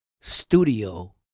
studio